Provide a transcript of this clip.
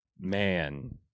Man